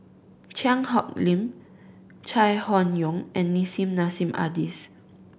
Cheang Hong Lim Chai Hon Yoong and Nissim Nassim Adis